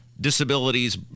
Disabilities